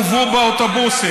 הם הובאו באוטובוסים.